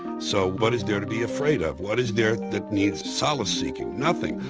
so what is there to be afraid of? what is there that needs solace seeking? nothing.